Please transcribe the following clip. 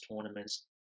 tournaments